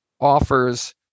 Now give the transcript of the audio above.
offers